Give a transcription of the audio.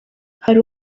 hari